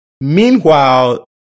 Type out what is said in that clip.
Meanwhile